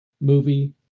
movie